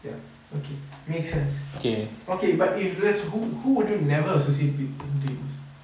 ya okay makes sense okay but if let's who who would you never associate with in doing things